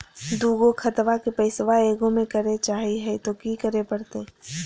दू गो खतवा के पैसवा ए गो मे करे चाही हय तो कि करे परते?